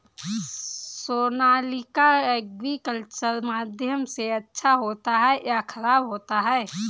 Sonalika agriculture माध्यम से अच्छा होता है या ख़राब होता है?